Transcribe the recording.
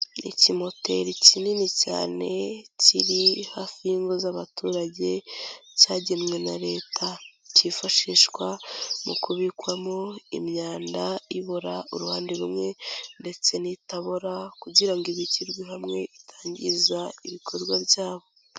Ni ikimoteri kinini cyane kiri hafi y'ingo z'abaturage cyagenwe na leta. Cyifashishwa mu kubikwamo imyanda ibora uruhande rumwe ndetse n'itabora kugira ngo ibikirwe hamwe, itangiza ibikorwa byabo.